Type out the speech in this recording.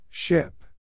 Ship